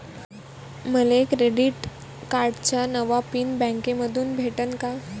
मले क्रेडिट कार्डाचा नवा पिन बँकेमंधून भेटन का?